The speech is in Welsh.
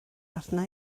arna